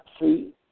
see